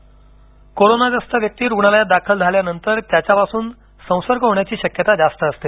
कवच कोरोनाग्रस्त व्यक्ती रुग्णालयात दाखल झाल्यानंतर त्याच्यापासून संसर्ग होण्याची शक्यता असते